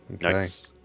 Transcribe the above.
nice